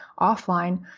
offline